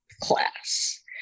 class